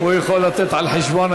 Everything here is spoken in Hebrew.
הוא יכול לתת על חשבון,